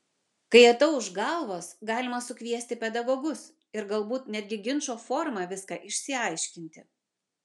kai atauš galvos galima sukviesti pedagogus ir galbūt netgi ginčo forma viską išsiaiškinti